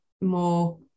more